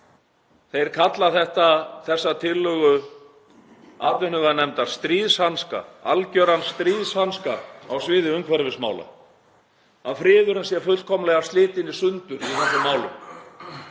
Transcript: þeir kalla þessa tillögu atvinnuveganefndar stríðshanska, algjöran stríðshanska á sviði umhverfismála, að friðurinn sé fullkomlega slitinn í sundur í þessum málum,